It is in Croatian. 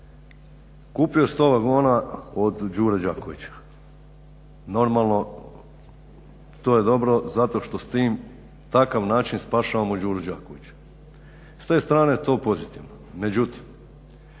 Kupio 100 vagona od Đure Đakovića. Normalno to je dobro zato što s tim, takav način spašavamo Đuru Đakovića. S te strane je to pozitivno.